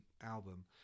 album